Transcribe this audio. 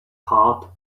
heart